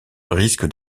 risque